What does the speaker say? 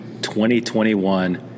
2021